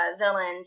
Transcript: villains